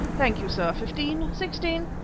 thank you, sir fifteen. sixteen.